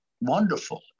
wonderful